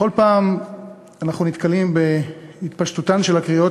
בכל פעם אנחנו נתקלים בהתפשטותן של הקריאות